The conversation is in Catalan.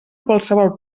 qualsevol